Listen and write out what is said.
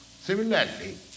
Similarly